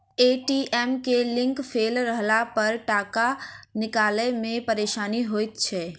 ATM के link fail रहलापर टाका निकालै मे परेशानी होइत छै